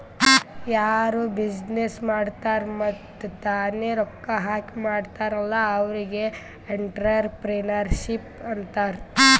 ಯಾರು ಬಿಸಿನ್ನೆಸ್ ಮಾಡ್ತಾರ್ ಮತ್ತ ತಾನೇ ರೊಕ್ಕಾ ಹಾಕಿ ಮಾಡ್ತಾರ್ ಅಲ್ಲಾ ಅವ್ರಿಗ್ ಎಂಟ್ರರ್ಪ್ರಿನರ್ಶಿಪ್ ಅಂತಾರ್